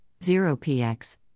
0px